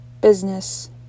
business